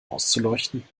auszuleuchten